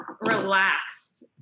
relaxed